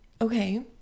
Okay